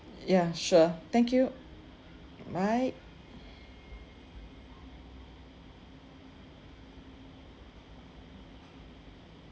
ya sure thank you bye